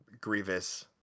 Grievous